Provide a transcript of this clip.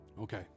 okay